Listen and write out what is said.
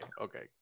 okay